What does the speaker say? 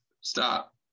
Stop